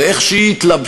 זה איך שהיא התלבשה,